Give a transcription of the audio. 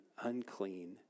unclean